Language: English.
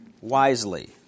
wisely